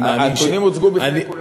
הנתונים הוצגו בפני כולנו.